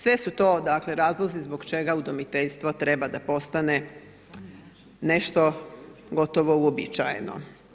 Sve su to razlozi zbog čega udomiteljstvo treba da postane nešto gotovo uobičajeno.